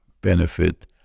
benefit